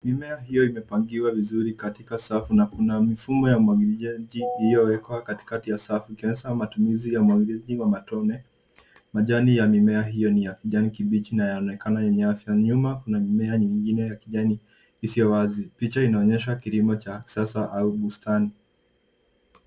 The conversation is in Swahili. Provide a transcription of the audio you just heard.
Mimea hiyo imepangiwa vizuri katika safu na kuna mfumo ya umwagiliaji iliyowekwa katikati ya safu ikionyesha matumizi ya umwagiliaji wa matone. Majani ya mimea hiyo ni ya kijani kibichi na yaonekana yenye afya, nyuma kuna mimea nyingine ya kijani isiyo wazi, picha inaonyesha kilimo cha kisasa au bustani.